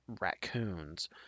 raccoons